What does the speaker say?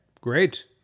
Great